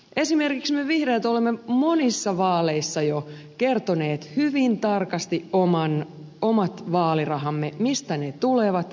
esimerkiksi me vihreät olemme monissa vaaleissa jo kertoneet hyvin tarkasti omat vaalirahamme mistä ne tulevat mihin ne menevät